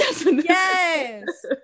yes